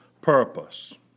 purpose